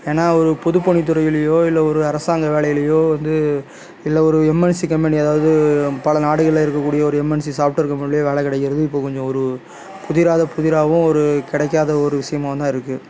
ஏன்னால் ஒரு பொதுப்பணி துறையிலையோ இல்லை ஒரு அரசாங்க வேலையிலயோ வந்து இல்லை ஒரு எம்என்சி கம்பெனி அதாவது பல நாடுகளில் இருக்க கூடிய ஒரு எம்என்சி சாஃப்ட்வேர் கம்பெனிலையோ வேலை கிடைக்கிறது இப்போ கொஞ்சம் ஒரு புதிராத புதிராகவும் ஒரு கிடைக்காத ஒரு விஷயமாகவும் தான் இருக்குது